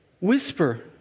whisper